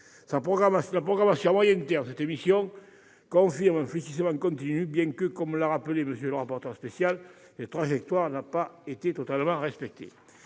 La programmation à moyen terme de cette mission confirme un fléchissement continu, bien que, comme l'a rappelé M. le rapporteur spécial, cette trajectoire n'ait pas été totalement respectée.